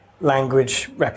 language